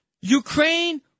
Ukraine